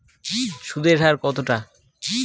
সুদের হার কতটা?